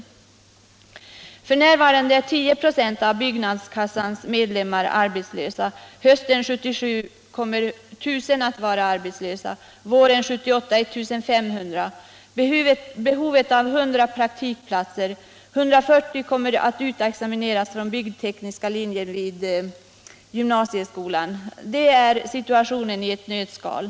3 maj 1977 F.n. är 10 96 av byggnadskassans medlemmar arbetslösa. Hösten 1977 — kommer 1 000 att vara arbetslösa och våren 1978 1 500. Det finns behov Om åtgärder för att av 100 praktikplatser, då 140 elever kommer att utexamineras från bygg — irygga sysselsättnadstekniska linjer vid gymnasieskolan. Det är situationen i ett nötskal.